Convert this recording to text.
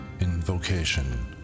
Invocation